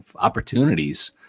opportunities